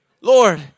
Lord